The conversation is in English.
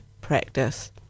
practice